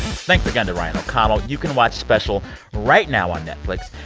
thanks, again, to ryan o'connell. you can watch special right now on netflix.